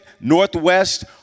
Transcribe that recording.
Northwest